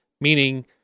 Meaning